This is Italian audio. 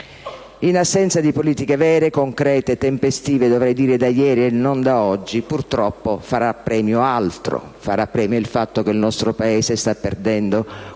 In assenza di politiche vere, concrete, tempestive - dovrei dire da ieri e non da oggi - purtroppo farà premio altro: farà premio il fatto che il nostro Paese sta perdendo 4